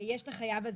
יש החייב הזעיר,